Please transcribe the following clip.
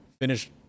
finish